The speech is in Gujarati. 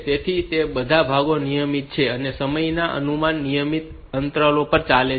તેથી તે બધા ભાગો નિયમિત છે તે સમયના અમુક નિયમિત અંતરાલો પર ચાલે છે